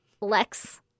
Lex